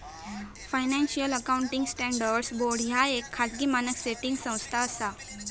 financial accounting standards board ह्या येक खाजगी मानक सेटिंग संस्था असा